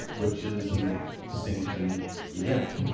which is an extinction event.